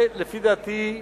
זה אפשרי, לפי דעתי,